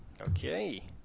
Okay